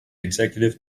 executive